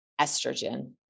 estrogen